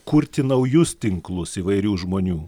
kurti naujus tinklus įvairių žmonių